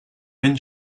when